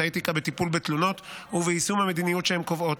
האתיקה בטיפול בתלונות וביישום המדיניות שהן קובעות.